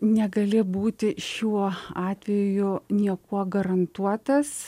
negali būti šiuo atveju niekuo garantuotas